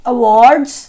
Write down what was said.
Awards